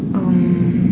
um